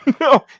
No